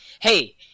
Hey